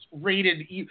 rated